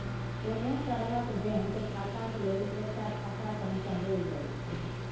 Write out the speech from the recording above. कोनो तरहक बैंक खाताक लेल एकटा खाता संख्या देल जाइत छै